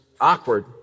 awkward